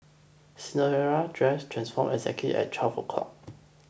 Cinderella's dress transformed exactly at twelve o'clock